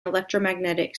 electromagnetic